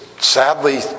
sadly